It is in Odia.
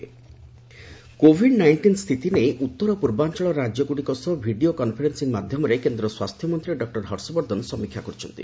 ହେଲ୍ଥ୍ ମିନିଷ୍ଟର୍ କୋଭିଡ୍ ନାଇଷ୍ଟିନ୍ ସ୍ଥିତି ନେଇ ଉଉର ପୂର୍ବାଞ୍ଚଳ ରାଜ୍ୟଗୁଡ଼ିକ ସହ ଭିଡ଼ିଓ କନ୍ଫରେନ୍ସିଂ ମାଧ୍ୟମରେ କେନ୍ଦ୍ର ସ୍ୱାସ୍ଥ୍ୟମନ୍ତ୍ରୀ ଡକ୍ଟର ହର୍ଷବର୍ଦ୍ଧନ ସମୀକ୍ଷା କରିଛନ୍ତି